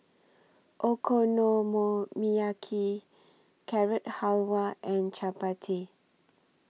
Okonomiyaki Carrot Halwa and Chapati